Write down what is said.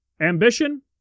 Ambition